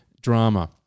drama